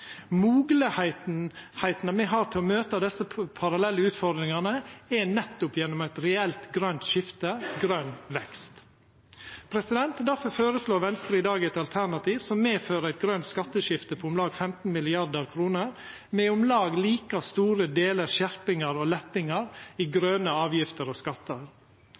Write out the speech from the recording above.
Moglegheitene me har til å møta desse parallelle utfordringane, er nettopp gjennom eit reelt grønt skifte og grøn vekst. Difor føreslår Venstre i dag eit alternativ som medfører eit grønt skatteskifte på om lag 15 mrd. kr, med om lag like store delar skjerpingar og lettar i grøne avgifter og skattar.